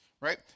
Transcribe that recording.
right